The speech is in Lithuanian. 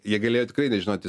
jie galėjo tikrai nežinoti